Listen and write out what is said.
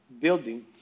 building